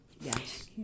Yes